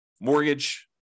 mortgage